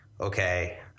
okay